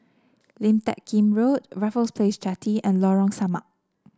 Lim Teck Kim Road Raffles Place Jetty and Lorong Samak